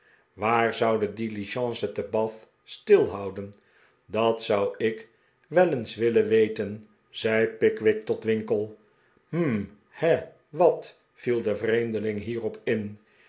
waar zou de diligence te bath stilhouden dat zou ik wel eens willen weten zei pickwick tot winkle hum he wat viel de vreemdeling hierop in